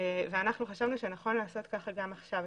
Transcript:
אנחנ ו חשבנו שנכן לעשות כך גם עכשיו,